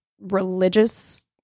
religious